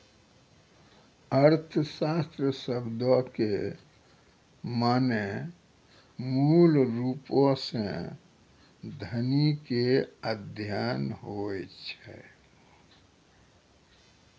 अर्थशास्त्र शब्दो के माने मूलरुपो से धनो के अध्ययन होय छै